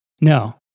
No